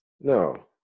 no